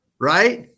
right